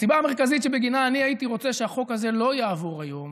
הסיבה המרכזית שבגינה אני הייתי רוצה שהחוק הזה לא יעבור היום